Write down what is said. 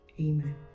Amen